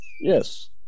Yes